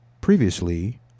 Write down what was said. Previously